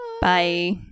bye